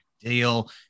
deal